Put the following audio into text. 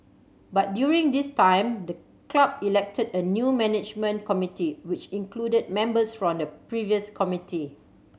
but during this time the club elected a new management committee which included members from the previous committee